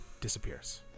disappears